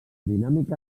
dinàmica